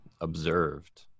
observed